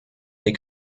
they